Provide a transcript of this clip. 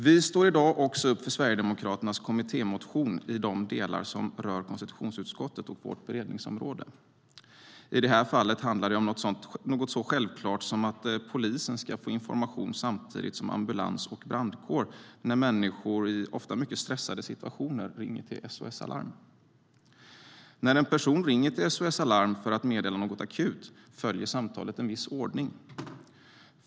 Vi står i dag också upp för Sverigedemokraternas kommittémotion i de delar som rör konstitutionsutskottet och vårt beredningsområde. I det här fallet handlar det om något så självklart som att polisen ska få information samtidigt som ambulans och brandkår när människor, ofta i mycket stressade situationer, ringer till SOS Alarm. När en person ringer till SOS Alarm för att meddela något akut följer samtalet en viss ordning.